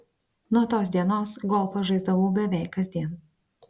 nuo tos dienos golfą žaisdavau beveik kasdien